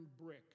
brick